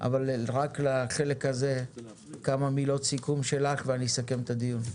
אבל רק לחלק הזה כמה מילות סיכום שלך ואני אסכם את הדיון.